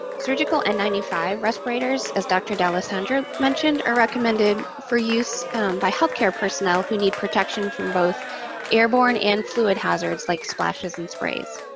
surgical n nine five respirators, as dr. d'alessandro mentioned, are recommended for use by healthcare personnel who need protection from both airborne and fluid hazards like splashes and sprays.